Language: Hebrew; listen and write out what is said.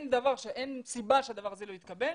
אין סיבה שהדבר הזה לא יתקבל.